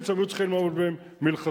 שהם היו צריכים לעמוד בהם מלכתחילה.